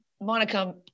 Monica